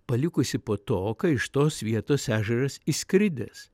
palikusi po to kai iš tos vietos ežeras išskridęs